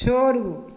छोड़ू